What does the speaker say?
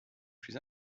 plus